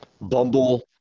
Bumble